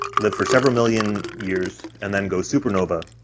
live for several million years, and then go supernova.